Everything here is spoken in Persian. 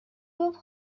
گفت